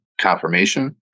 confirmation